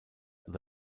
the